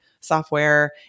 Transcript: software